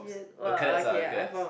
the cadets ah the cadets